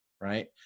right